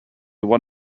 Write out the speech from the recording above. one